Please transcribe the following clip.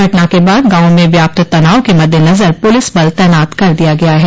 घटना के बाद गांव में व्याप्त तनाव के मद्देनजर पुलिस बल तैनात कर दिया गया है